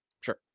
Sure